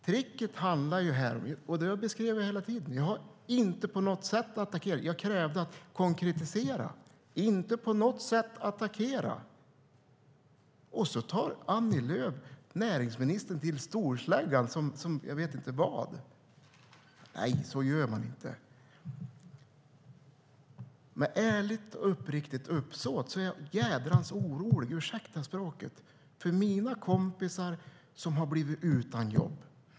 Tricket som det här handlar om beskrev jag hela tiden. Jag har inte på något sätt attackerat. Jag krävde konkretisering. Det handlade inte på något sätt om att attackera. Och så tar Annie Lööf, näringsministern, till storsläggan, som jag vet inte vad. Nej, så gör man inte. Med ärligt och uppriktigt uppsåt är jag jädrans orolig - ursäkta språket - för mina kompisar som har blivit utan jobb.